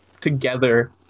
together